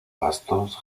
pastos